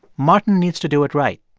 martin needs to do it right.